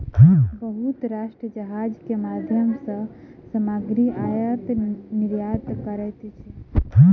बहुत राष्ट्र जहाज के माध्यम सॅ सामग्री आयत निर्यात करैत अछि